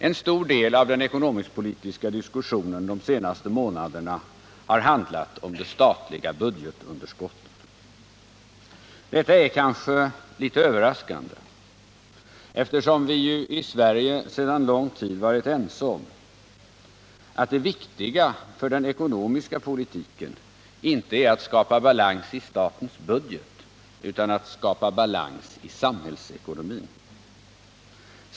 En stor del av den ekonomisk-politiska diskussionen de senaste månaderna har handlat om det statliga budgetunderskottet. Detta är kanske litet överraskande, eftersom vii Sverige sedan lång tid varit ense om att det viktiga för den ekonomiska politiken inte är att skapa balans i statens budget utan att skapa balans i samhällsekonomin.